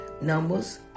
Numbers